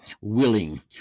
willing